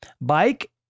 Bike